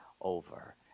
over